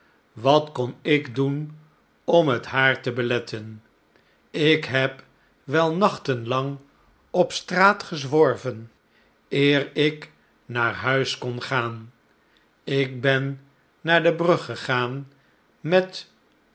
wat kon ik doen om het haar te beletten ik heb wel nachtenlangop straat gezworven eer ik naar huis kon gaan ik ben naar de brug gegaan met